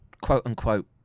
quote-unquote